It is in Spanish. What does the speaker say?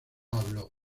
habló